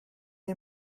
you